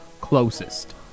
closest